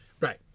Right